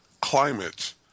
climate